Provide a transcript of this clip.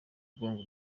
mugongo